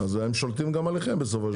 אז הם שולטים גם עליכם בסופו של דבר?